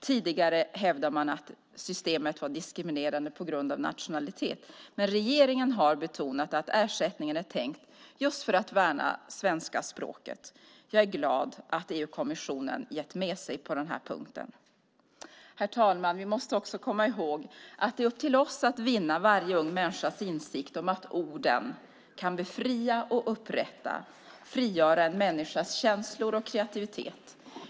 Tidigare hävdade man att systemet var diskriminerande på grund av nationalitet. Men regeringen har betonat att ersättningen är tänkt just för att värna det svenska språket. Jag är glad över att EU-kommissionen har gett med sig på denna punkt. Herr talman! Vi måste också komma ihåg att det är upp till oss att vinna varje ung människas insikt om att orden kan befria och upprätta och frigöra en människas kreativitet.